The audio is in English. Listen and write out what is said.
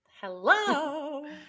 Hello